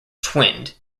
twinned